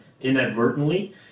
inadvertently